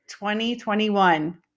2021